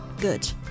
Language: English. good